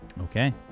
Okay